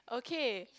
okay